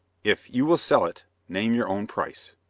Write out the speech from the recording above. if you will sell it, name your own price.